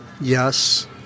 Yes